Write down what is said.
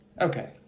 Okay